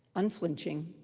unflinching,